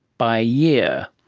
by a year.